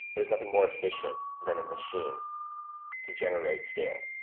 there's nothing more efficient than a machine to generate scale.